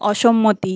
অসম্মতি